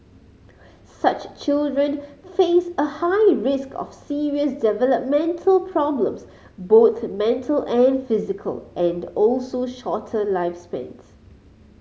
such children face a high risk of serious developmental problems both mental and physical and also shorter lifespans